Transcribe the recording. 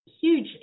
huge